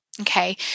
Okay